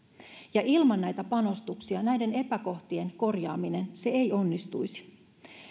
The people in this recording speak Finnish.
ja ilman näitä panostuksia näiden epäkohtien korjaaminen ei onnistuisi